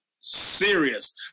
serious